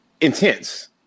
Intense